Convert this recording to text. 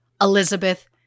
Elizabeth